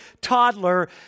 toddler